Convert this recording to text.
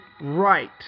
right